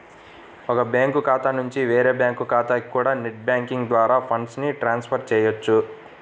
ఒక బ్యాంకు ఖాతా నుంచి వేరే బ్యాంకు ఖాతాకి కూడా నెట్ బ్యాంకింగ్ ద్వారా ఫండ్స్ ని ట్రాన్స్ ఫర్ చెయ్యొచ్చు